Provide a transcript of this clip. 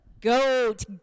Goat